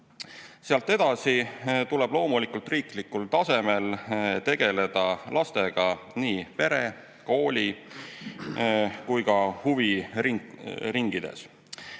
edasi tuleb loomulikult riiklikul tasemel tegeleda lastega nii peres, koolis kui ka huviringides.